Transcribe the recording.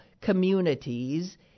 communities